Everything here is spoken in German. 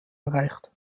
erreicht